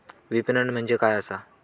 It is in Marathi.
विपणन म्हणजे काय असा?